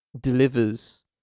delivers